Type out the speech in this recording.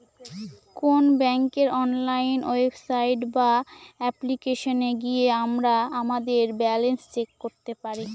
কোন ব্যাঙ্কের online website বা অ্যাপ্লিকেশনে গিয়ে আমরা আমাদের ব্যালান্স চেক করতে পারি